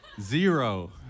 Zero